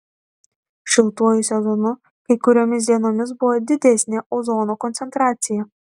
šiltuoju sezonu kai kuriomis dienomis buvo didesnė ozono koncentracija